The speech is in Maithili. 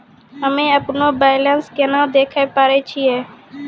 हम्मे अपनो बैलेंस केना देखे पारे छियै?